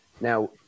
now